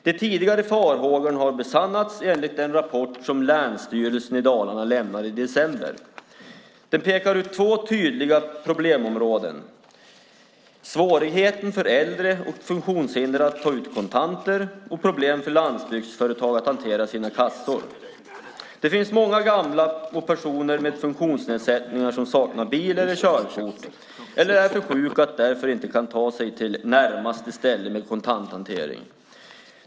De tidigare farhågorna har besannats, enligt den rapport som Länsstyrelsen Dalarna lämnade i december. Den pekar ut två tydliga problemområden - svårigheten för äldre och funktionshindrade att ta ut kontanter och problem för landsbygdsföretag att hantera sina kassor. Det finns många gamla och personer med funktionsnedsättning som saknar bil eller körkort eller är alltför sjuka för att kunna ta sig till närmaste ställe med kontanthantering.